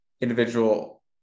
individual